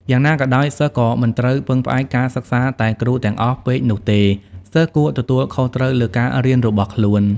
យ៉ាងណាក៏ដោយសិស្សក៏មិនត្រូវពឹងផ្អែកការសិក្សាតែគ្រូទាំងអស់ពេកនោះទេ សិស្សគួរទទួលខុសត្រូវលើការរៀនរបស់ខ្លួន។